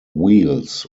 wheels